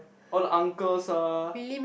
all the uncles uh